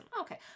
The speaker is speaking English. Okay